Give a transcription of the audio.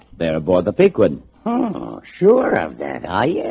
they're aboard the big wood, oh sure of that are